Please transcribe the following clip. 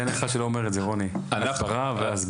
אין אחד שלא אומר את זה, הסברה והסברה.